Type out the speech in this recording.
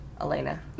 Elena